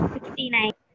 Sixty-nine